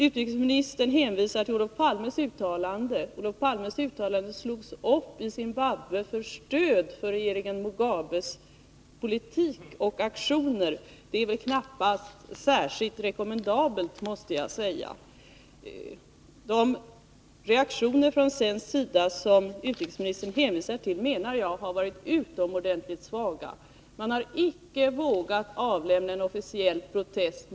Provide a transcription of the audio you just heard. Utrikesministern hänvisade till Olof Palmes uttalande. Olof Palmes uttalande slogs upp i Zimbabwe som stöd för regeringen Mugabes politik och aktioner. Det är väl knappast särskilt rekommendabelt. De reaktioner från svensk sida som utrikesministern hänvisade till menar jag har varit utomordentligt svaga. Man har icke vågat avlämna någon officiell protest.